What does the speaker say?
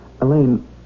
Elaine